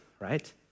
right